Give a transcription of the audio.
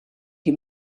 die